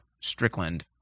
Strickland